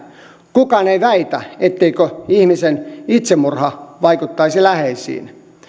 kukaan ei väitä etteikö ihmisen itsemurha vaikuttaisi läheisiin